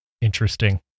Interesting